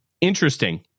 interesting